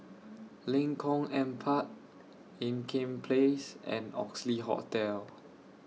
Lengkong Empat Ean Kiam Place and Oxley Hotel